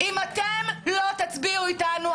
אם אתם לא תצביעו אתנו,